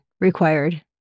required